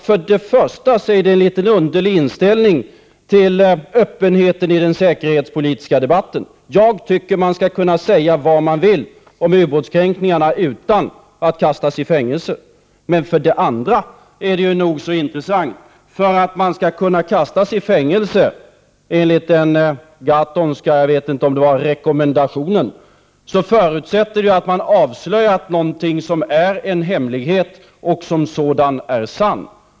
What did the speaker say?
För det första är det en litet underlig inställning till öppenheten i den säkerhetspolitiska debatten. Jag tycker att man skall säga vad man vill om ubåtskränkningar utan att kastas i fängelse. För det andra är det intressant att man för att kunna kastas i fängelse enligt den Gahrtonska rekommendationen, om det nu var en sådan, förutsätts skola ha avslöjat en hemlighållen sanning.